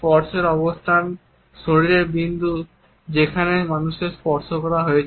স্পর্শের অবস্থান শরীরের বিন্দু যেখানে মানুষের স্পর্শ করা হয়েছে